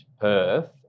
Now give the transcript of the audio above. Perth